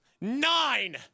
nine